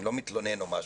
אני לא מתלונן או משהו,